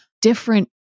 different